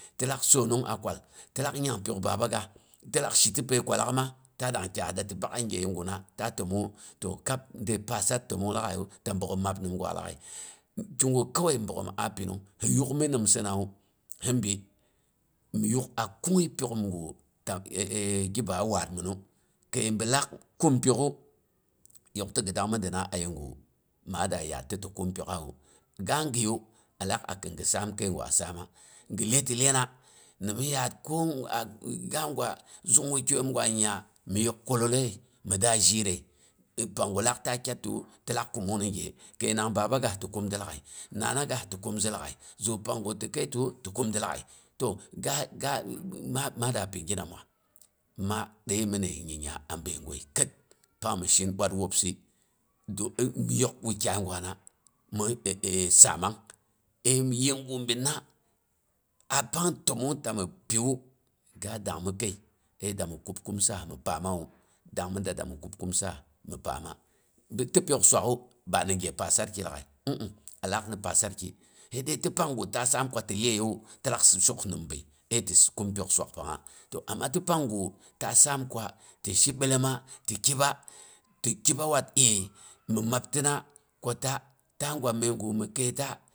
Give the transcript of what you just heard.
Ti lak sonnong a kwal ti lak nyang pyok babagasi ti lak shi ti pai kwallakma ta dang kyas da ti bak yeguhna ta tommong hu. to kab dai pasat tommong laaghaiyu bogghom mab nimgwa laaghai- ki guh kawai ɓogghom a pinung hi yuk mi nimsa nawu him bi, mhi yugh a kunghi piyokhom guh ta gi baa wad minu. Kai bilak kum piyokhu yok yim ti ghi dangmi dina a yeguh ma ada yad ta ti kum piyokhawu. Ga ghiyiyu alah a khin ghi sam kai gwa samma, ghi leti lena, nimsi yad ko a ga gwa zung wukyaiyhom gwa nya mi yok kololo ye mi da jiitdai, pangguh ta kyaatiwu ti lak kummung ni ge, kainaang baba gah ti kum di laaghai, nanagah ti kum zi laaghai, zu pangguh ti kai tiwu ti kum dhi laaghai. To ga ga ma ma da pi gi namawa, ma ɗei minai nya abai gwai whit pang mi shi ɓwat wupsi, zu in gi yok wukyayi gwa na mi sammang in ye guh binna a pong timmong tama kiwu ga dangmi kia, ai dangmi kub kumsi ha mhi pammawu dang mi da dang mi kub kumsiha mi pama bin ti piyok suwakhu ba ni ge pasarki laaghai mh mh alak ni pasarki hai dai to pang guh ta sam ku ti leyewu ti lak shok nimbai ai te kum piyok suwak pangha. To amma ti pang gu ta sam kwa ti shi ɓellema ti kibba ti kibba wat ai mhi mabtina ko ta ta gwa mai gu mi kaita